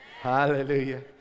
Hallelujah